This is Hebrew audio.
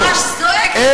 אתה ממש זועק לתשומת לב.